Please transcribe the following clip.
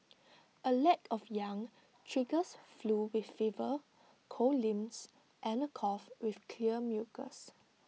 A lack of yang triggers flu with fever cold limbs and A cough with clear mucus